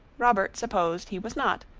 robert supposed he was not,